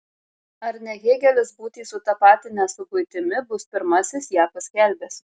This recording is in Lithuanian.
ar ne hėgelis būtį sutapatinęs su buitimi bus pirmasis ją paskelbęs